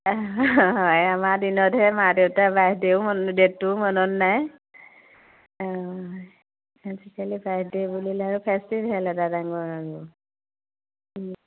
অঁ হয় আমাৰ দিনতহে মা দেউতাৰ বাৰ্থডে'ও মনত ডেটটোও মনত নাই হয় অজিকালি বাৰ্থডে' বুলিলে আৰু ফেষ্টিভেল এটা ডাঙৰ আৰু